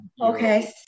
Okay